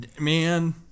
Man